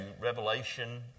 Revelation